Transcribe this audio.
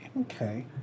Okay